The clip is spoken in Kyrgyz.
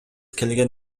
келген